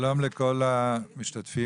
שלום לכל המשתתפים